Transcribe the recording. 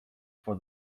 for